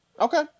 Okay